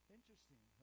Interesting